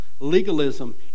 Legalism